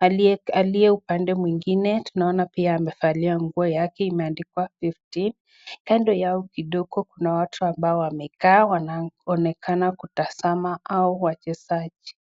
aliye aliye upande mwingine, tunaona pia amevalia nguo yake imeandikwa fifteen . Kando yao kidogo kuna watu ambao wamekaa, wanaonekana kutazama hawa wachezaji.